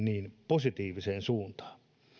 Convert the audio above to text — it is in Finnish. positiiviseen suuntaan sanoisin